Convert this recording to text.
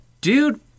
dude